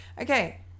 Okay